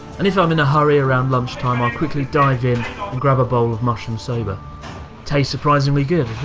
and if i'm in a hurry around lunchtime, i'll quickly dive in and grab a bowl of mushroom soba tastes surprisingly good